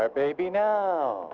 our baby now